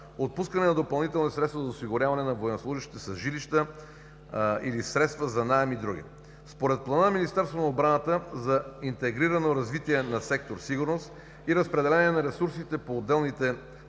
отпускане на допълнителни средства за осигуряване на военнослужещите с жилища или средства за наем и други. Според плана на Министерството на отбраната за интегрирано развитие на сектор „Сигурност“ и разпределение на ресурсите по отделните държавни